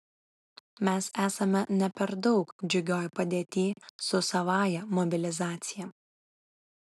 mes esame ne per daug džiugioj padėty su savąja mobilizacija